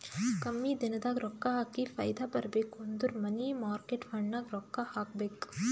ಕಮ್ಮಿ ದಿನದಾಗ ರೊಕ್ಕಾ ಹಾಕಿ ಫೈದಾ ಬರ್ಬೇಕು ಅಂದುರ್ ಮನಿ ಮಾರ್ಕೇಟ್ ಫಂಡ್ನಾಗ್ ರೊಕ್ಕಾ ಹಾಕಬೇಕ್